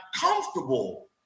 comfortable